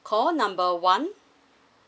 call number one